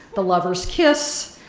the lovers kiss,